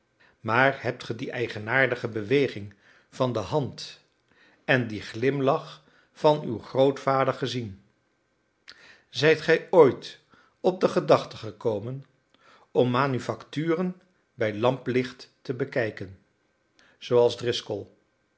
maar hebt ge die eigenaardige beweging van de hand en dien glimlach van uw grootvader gezien zijt gij ooit op de gedachte gekomen om manufacturen bij lamplicht te bekijken zooals driscoll